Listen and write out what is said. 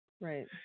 Right